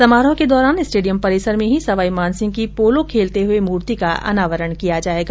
समारोह के दौरान स्टेडियम परिसर में ही सवाईमानसिंह की पोलो खेलते हुए मूर्ति का अनावरण किया जायेगा